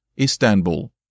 Istanbul